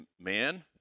man